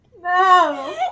No